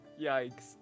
Yikes